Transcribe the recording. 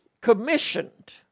commissioned